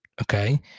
Okay